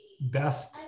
best